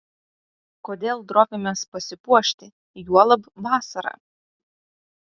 kodėl drovimės pasipuošti juolab vasarą